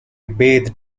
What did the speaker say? bathed